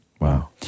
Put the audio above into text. wow